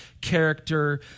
character